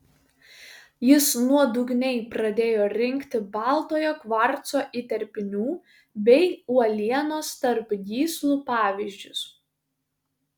jis nuodugniai pradėjo rinkti baltojo kvarco įterpinių bei uolienos tarp gyslų pavyzdžius